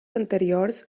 anteriors